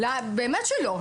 באמת שלא.